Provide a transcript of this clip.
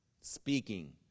speaking